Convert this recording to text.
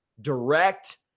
direct